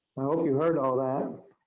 i hope you heard all that.